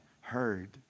heard